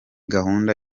gahunda